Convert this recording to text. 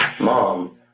mom